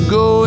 go